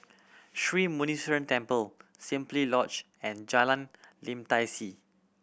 Sri Muneeswaran Temple Simply Lodge and Jalan Lim Tai See